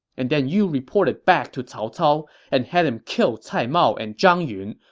and then you reported back to cao cao and had him kill cai mao and zhang yun,